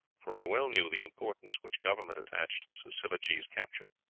for i well knew the importance which government attached to sivajee's capture.